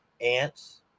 ants